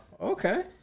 okay